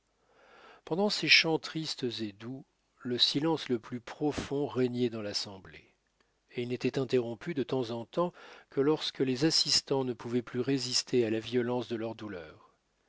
pendant ces chants tristes et doux le silence le plus profond régnait dans l'assemblée et il n'était interrompu de temps en temps que lorsque les assistants ne pouvaient plus résister à la violence de leur douleur